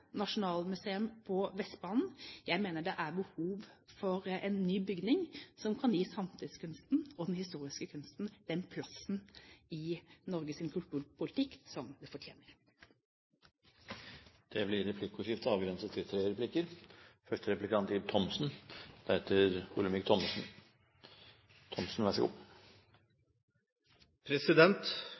nasjonalmuseum på Vestbanen. Jeg mener det er behov for en ny bygning som kan gi samtidskunsten og den historiske kunsten den plassen i Norges kulturpolitikk som den fortjener. Det blir replikkordskifte. Påstanden om at bygningen ikke tåler krav til